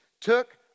took